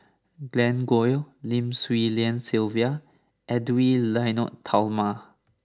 Glen Goei Lim Swee Lian Sylvia and Edwy Lyonet Talma